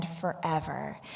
forever